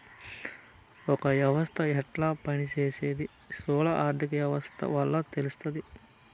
ఒక యవస్త యెట్ట పని సేసీది స్థూల ఆర్థిక శాస్త్రం వల్ల తెలస్తాది